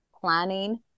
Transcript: planning